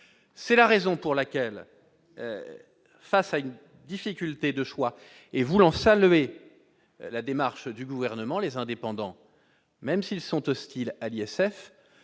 C'est la raison pour laquelle, face à une difficulté de choix, et voulant saluer la démarche du Gouvernement, les Indépendants, même s'ils sont hostiles à l'ISF,